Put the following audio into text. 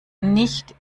nicht